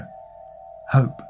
Hope